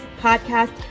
podcast